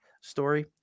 story